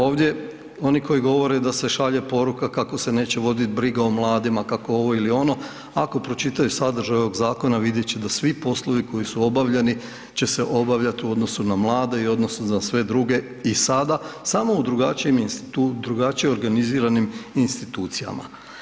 Ovdje oni koji govore da se šalje poruka kako se neće vodit briga o mladima, kako ovo ili ono, ako pročitaju sadržaj ovog zakona, vidjet će da svi poslovi koji su obavljani će se obavljati u odnosu na mlade i odnosu na sve druge i sada, samo u drugačije organiziranim institucijama.